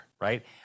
right